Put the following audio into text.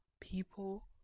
people